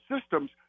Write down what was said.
systems